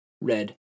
Red